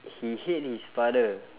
he hate his father